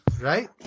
Right